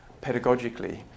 pedagogically